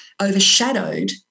overshadowed